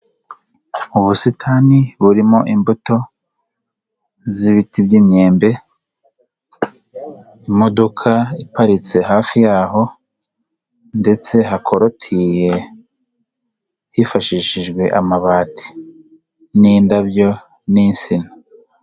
Ubusitani burimo imbuto z'ibiti by'imyembe, imodoka iparitse hafi yaho ndetse hakorotiye hifashishijwe amabati n'indabyo n'insina.